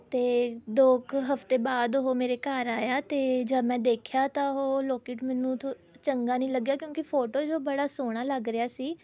ਅਤੇ ਦੋ ਕੁ ਹਫਤੇ ਬਾਅਦ ਉਹ ਮੇਰੇ ਘਰ ਆਇਆ ਅਤੇ ਜਦ ਮੈਂ ਦੇਖਿਆ ਤਾਂ ਉਹ ਲੋਕਿਟ ਮੈਨੂੰ ਥੋ ਚੰਗਾ ਨਹੀਂ ਲੱਗਿਆ ਕਿਉਂਕਿ ਫੋਟੋ 'ਚ ਉਹ ਬੜਾ ਸੋਹਣਾ ਲੱਗ ਰਿਹਾ ਸੀ